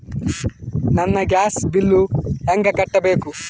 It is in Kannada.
ನನ್ನ ಗ್ಯಾಸ್ ಬಿಲ್ಲು ಹೆಂಗ ಕಟ್ಟಬೇಕು?